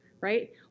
right